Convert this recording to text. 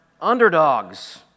underdogs